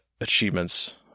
achievements